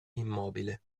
immobile